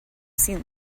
seen